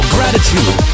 Gratitude